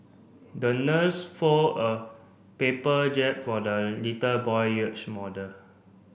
the nurse fold a paper for the little boy yachts model